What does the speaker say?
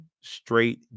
straight